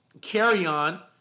carry-on